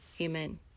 amen